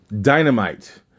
Dynamite